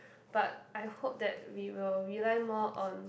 but I hope that we will rely more on